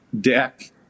deck